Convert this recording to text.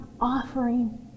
offering